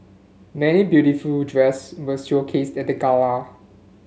many beautiful dress were showcased at the gala